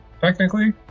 technically